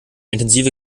intensive